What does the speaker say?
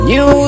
New